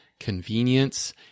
convenience